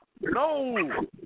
No